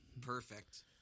Perfect